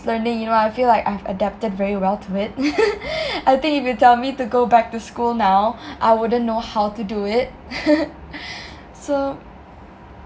learning you know I feel like I've adapted very well to it I think if you tell me to go back to school now I wouldn't know how to do it so